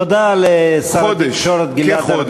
תודה לשר התקשורת, חודש, כחודש.